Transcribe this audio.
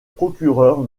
procureur